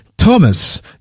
Thomas